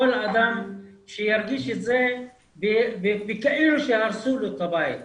כל אדם שירגיש את זה כאילו שהרסו לו את הבית.